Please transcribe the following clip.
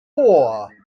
four